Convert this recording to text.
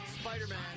Spider-Man